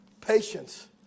Patience